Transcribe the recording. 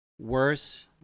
worse